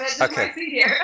Okay